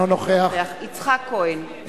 אינו נוכח יצחק כהן,